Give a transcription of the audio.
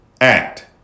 act